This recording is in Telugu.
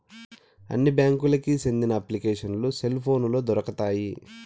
అన్ని బ్యాంకులకి సెందిన అప్లికేషన్లు సెల్ పోనులో దొరుకుతాయి